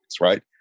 right